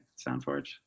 SoundForge